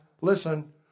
listen